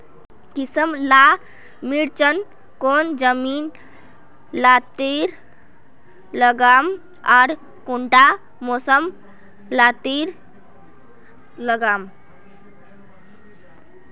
किसम ला मिर्चन कौन जमीन लात्तिर लगाम आर कुंटा मौसम लात्तिर लगाम?